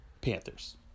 panthers